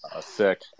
Sick